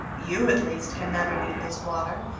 you at least can never need this water,